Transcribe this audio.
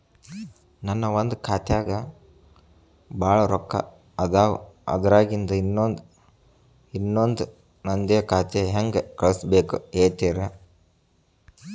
ನನ್ ಒಂದ್ ಖಾತ್ಯಾಗ್ ಭಾಳ್ ರೊಕ್ಕ ಅದಾವ, ಅದ್ರಾಗಿಂದ ಇನ್ನೊಂದ್ ನಂದೇ ಖಾತೆಗೆ ಹೆಂಗ್ ಕಳ್ಸ್ ಬೇಕು ಹೇಳ್ತೇರಿ?